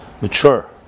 mature